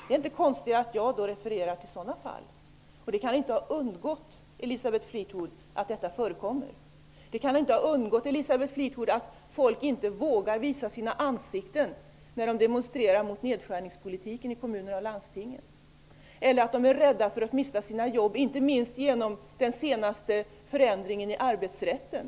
Det är inte konstigare att jag refererar till dessa fall. Det kan inte ha undgått Elisabeth Fleetwood att det förekommer att folk inte vågar visa sina ansikten när de demonstrerar mot nedskärningspolitiken i kommuner och landsting. Detsamma gäller deras rädsla för att mista sina jobb genom den senaste förändringen i arbetsrätten.